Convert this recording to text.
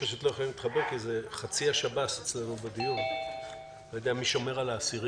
נגענו בזה באופן צדדי בדיון קודם כשעסקנו בחקיקה שביקשה המשטרה,